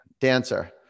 dancer